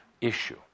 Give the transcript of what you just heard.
issue